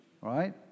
right